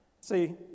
See